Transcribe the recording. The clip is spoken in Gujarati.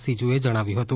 સીજુએ જણાવ્યું હતું